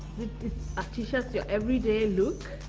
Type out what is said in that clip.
um t-shirts your everyday look?